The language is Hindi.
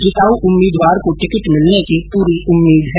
जिताउ उम्मीदवार को टिकट मिलने की पूरी उम्मीद है